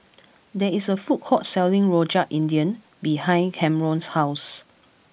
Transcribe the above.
there is a food court selling Rojak India behind Camron's house